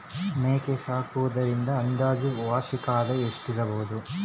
ಮೇಕೆ ಸಾಕುವುದರಿಂದ ಅಂದಾಜು ವಾರ್ಷಿಕ ಆದಾಯ ಎಷ್ಟಿರಬಹುದು?